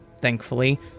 Thankfully